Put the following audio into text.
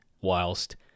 whilst